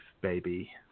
baby